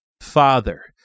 Father